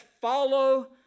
Follow